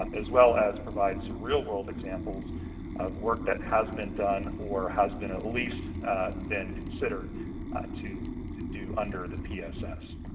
um as well as provide some real-world examples of work that has been done or has been at least been considered to to do under the pss.